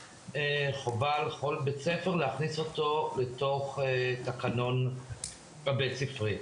חובה על כל בית ספר להכניס אותו לתוך התקנון הבית ספרי.